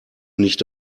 nicht